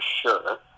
sure